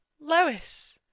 Lois